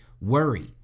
worry